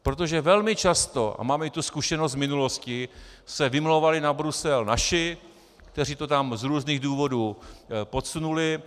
Protože velmi často, a máme i tu zkušenost z minulosti, se vymlouvali na Brusel naši, kteří to tam z různých důvodů podsunuli.